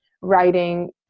writing